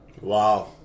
Wow